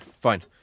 fine